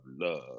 love